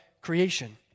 creation